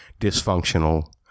dysfunctional